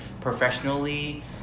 professionally